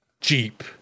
Jeep